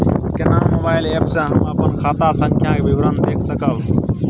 केना mobile app से हम अपन खाता संख्या के विवरण देख सकब?